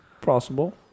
possible